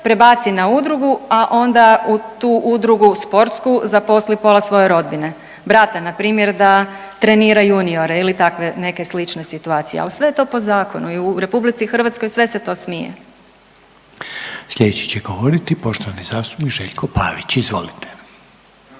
prebaci na udrugu, a onda u tu udrugu sportsku zaposli pola svoje rodbine, brat npr. da trenira juniore ili takve neke slične situacije, ali sve je to po zakonu i u RH sve se to smije. **Reiner, Željko (HDZ)** Slijedeći će govoriti poštovani zastupnik Željko Pavić, izvolite.